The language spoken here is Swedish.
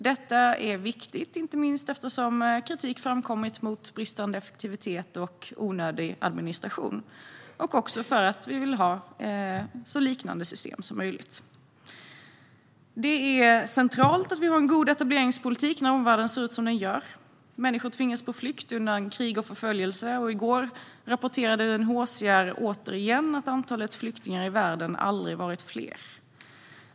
Detta är viktigt, inte minst eftersom kritik framkommit mot bristande effektivitet och onödig administration och också för att vi vill ha så lika system som möjligt. Det är centralt att vi har en god etableringspolitik när omvärlden ser ut som den gör. Människor tvingas på flykt undan krig och förföljelse. I går rapporterade UNHCR återigen att antalet flyktingar i världen aldrig varit större.